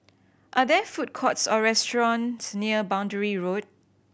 are there food courts or restaurants near Boundary Road